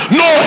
no